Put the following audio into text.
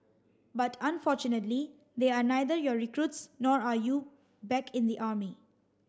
but unfortunately they are neither your recruits nor are you back in the army